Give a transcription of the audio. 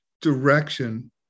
direction